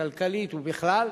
הכלכלית ובכלל.